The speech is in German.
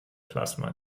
plasma